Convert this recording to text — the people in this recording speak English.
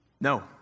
No